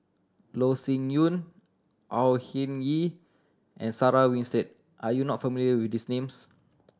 Loh Sin Yun Au Hing Yee and Sarah Winstedt are you not familiar with these names